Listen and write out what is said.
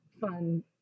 fun